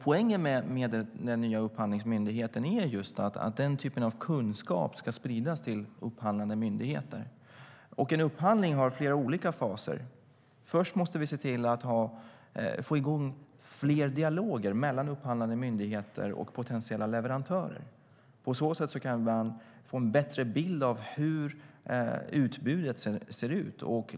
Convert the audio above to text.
Poängen med den nya Upphandlingsmyndigheten är just att den typen av kunskap ska spridas till upphandlande myndigheter. En upphandling har flera olika faser. Först måste vi se till att få igång fler dialoger mellan upphandlande myndigheter och potentiella leverantörer. På så sätt kan man få en bättre bild av hur utbudet ser ut.